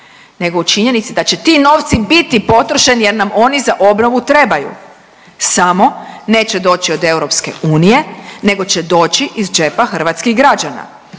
nego u činjenici da će ti novci biti potrošeni jer nam oni za obnovu trebaju, samo neće doći od EU, nego će doći iz džepa hrvatskih građana.